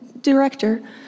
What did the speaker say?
director